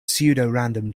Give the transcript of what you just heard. pseudorandom